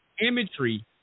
Imagery